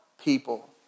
people